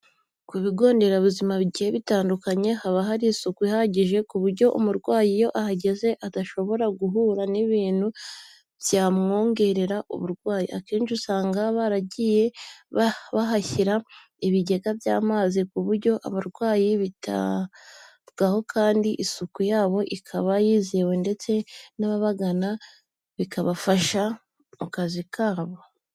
Ku bigo nderabuzima bigiye bitandukanye haba hari isuku ihagije ku buryo umurwayi iyo ahageze adashobora guhura n'ibintu byamwongerera uburwayi. Akenshi usanga baragiye bahashyira ibigega by'amazi ku buryo abarwayi bitabwaho kandi isuku yabo ikaba yizewe ndetse n'abaganga bikabafasha mu kazi kabo.